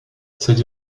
cette